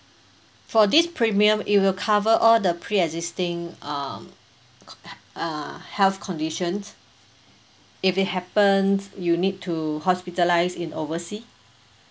for this premium it will cover all the pre-existing um co~ hea~ uh health conditions if it happens you need to hospitalise in oversea